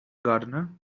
gardener